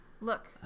Look